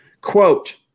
Quote